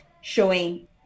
showing